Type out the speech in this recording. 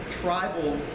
tribal